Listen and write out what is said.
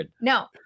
No